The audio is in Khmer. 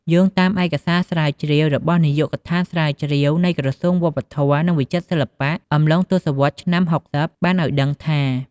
យោងតាមឯកសារស្រាវជ្រាវរបស់នាយកដ្ឋានស្រាវជ្រាវ នៃក្រសួងវប្បធម៌ និងវិចិត្រសិល្បៈអំឡុងទសវត្សរ៍ឆ្នាំ៦០ បានឲ្យដឹងថា។